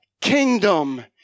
kingdom